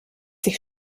sich